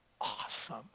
awesome